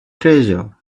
treasure